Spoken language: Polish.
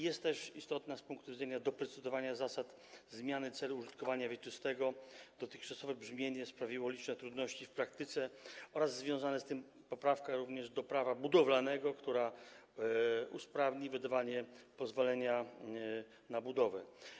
Jest również istotna z punktu widzenia doprecyzowania zasad zmiany celu użytkowania wieczystego (dotychczasowe brzmienie sprawiało liczne trudności w praktyce); z tym związana jest poprawka do Prawa budowlanego, która usprawni wydawanie pozwolenia na budowę.